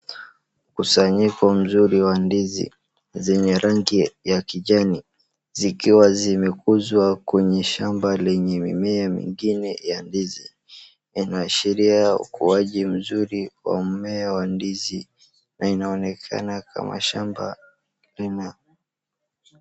Ukusanyiko mzuri wa ndizi zenye rangi ya kijani zikiwa zimekuzwa kwenye shamba lenye mimea mingine ya ndizi . Inaashiria ukuaji mzuri wa mmea wa ndizi na inaonekana kama shamba lime.